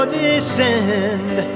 descend